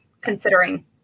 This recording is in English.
considering